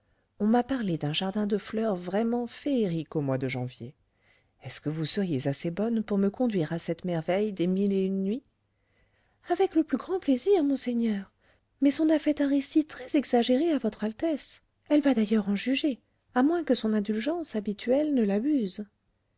on m'a parlé d'un jardin de fleurs vraiment féerique au mois de janvier est-ce que vous seriez assez bonne pour me conduire à cette merveille des mille et une nuits avec le plus grand plaisir monseigneur mais on a fait un récit très exagéré à votre altesse elle va d'ailleurs en juger à moins que son indulgence habituelle ne l'abuse